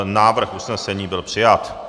Návrh usnesení byl přijat.